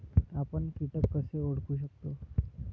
आपण कीटक कसे ओळखू शकतो?